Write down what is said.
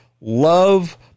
love